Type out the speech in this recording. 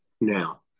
now